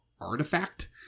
artifact